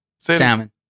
Salmon